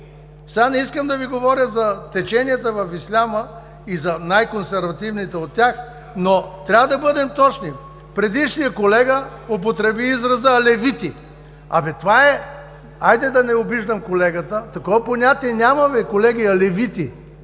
Сега не искам да Ви говоря за теченията в исляма и за най-консервативните от тях, но трябва да бъдем точни. Предишният колега употреби израза „алевити“. Това е, хайде да не обиждам колегата – такова понятие няма, колеги, „алевити“.